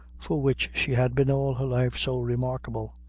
for which she had been all her life so remarkable,